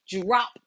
drop